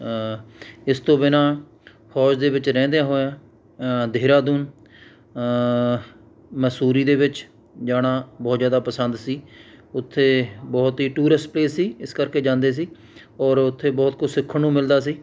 ਇਸ ਤੋਂ ਬਿਨਾ ਫੌਜ ਦੇ ਵਿੱਚ ਰਹਿੰਦਿਆਂ ਹੋਇਆਂ ਦੇਹਰਾਦੂਨ ਮਸੂਰੀ ਦੇ ਵਿੱਚ ਜਾਣਾ ਬਹੁਤ ਜ਼ਿਆਦਾ ਪਸੰਦ ਸੀ ਉੱਥੇ ਬਹੁਤ ਹੀ ਟੂਰਿਸ਼ਟ ਪਲੇਸ ਸੀ ਇਸ ਕਰਕੇ ਜਾਂਦੇ ਸੀ ਔਰ ਉੱਥੇ ਬਹੁਤ ਕੁਛ ਸਿੱਖਣ ਨੂੰ ਮਿਲਦਾ ਸੀ